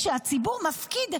כשהציבור מפקיד,